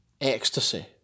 ecstasy